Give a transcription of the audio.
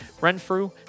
Renfrew